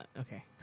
Okay